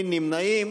נמנעים.